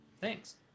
Thanks